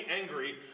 angry